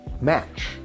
match